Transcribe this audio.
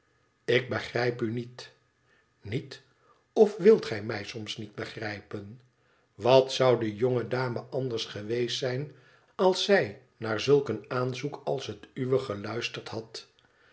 ik begrijp u niet niet of wilt gij mij soms niet begrijpen wat zou de jonge ddme anders geweest zijn als zij naar zulk een aanzoek als het uwe geluisterd had